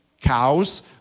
cows